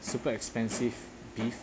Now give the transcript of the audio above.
super expensive beef